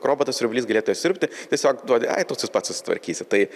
robotas siurblys galėtų išsiurbti tiesiog duodi ai tu ts pats susitvarkysi tai